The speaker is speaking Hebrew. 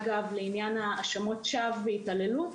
אגב, לעניין האשמות שווא בהתעללות,